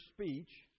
speech